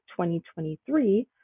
2023